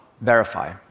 verify